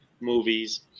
movies